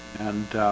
and